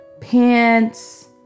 Pants